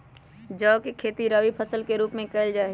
जौ के खेती रवि फसल के रूप में कइल जा हई